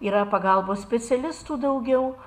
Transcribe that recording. yra pagalbos specialistų daugiau